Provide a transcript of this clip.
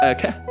Okay